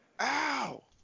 Ow